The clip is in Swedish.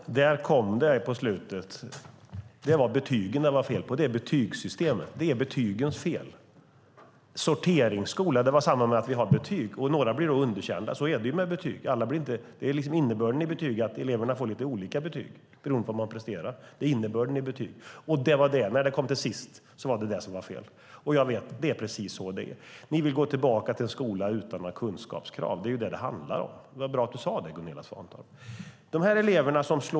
Fru talman! Där kom det på slutet. Det var betygen det var fel på. Det är betygssystemets och betygens fel. Sorteringsskola var samma som att vi har betyg. Några blir underkända. Så är det med betyg. Det är innebörden i betyg. Eleverna får lite olika betyg beroende på vad de presterar. Det är innebörden i betyg. När det kom till sist var det vad som var fel. Det är precis så det är. Ni vill gå tillbaka till en skola utan några kunskapskrav. Det är vad det handlar om. Vad bra att du sade det, Gunilla Svantorp.